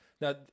now